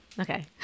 Okay